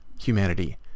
humanity